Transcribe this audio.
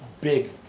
big